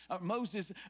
Moses